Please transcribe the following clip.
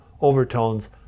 overtones